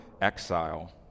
exile